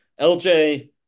lj